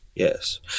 Yes